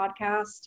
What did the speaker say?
podcast